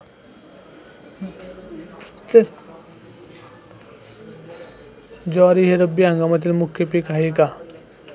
ज्वारी हे रब्बी हंगामातील मुख्य पीक आहे का?